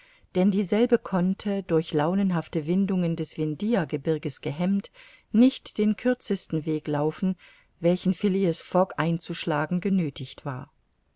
denn dieselbe konnte durch launenhafte windungen des vindhiagebirges gehemmt nicht den kürzesten weg laufen welchen phileas fogg einzuschlagen genöthigt war